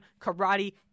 karate